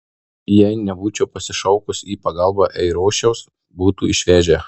jei nebūčiau pasišaukus į pagalbą eirošiaus būtų išvežę